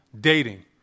dating